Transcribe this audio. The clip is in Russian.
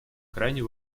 крайне